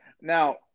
Now –